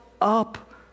up